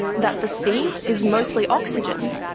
that the sea is mostly oxygen,